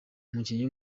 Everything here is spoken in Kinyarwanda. umukinnyi